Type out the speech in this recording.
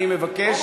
אני מבקש להירגע.